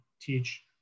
teach